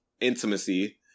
intimacy